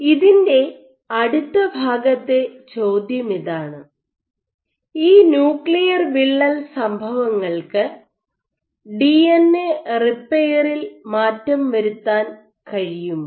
ഇതിൻ്റെ അടുത്ത ഭാഗത്തെ ചോദ്യമിതാണ് ഈ ന്യൂക്ലിയർ വിള്ളൽ സംഭവങ്ങൾക്ക് ഡിഎൻഎ റിപ്പയറിൽ മാറ്റം വരുത്താൻ കഴിയുമോ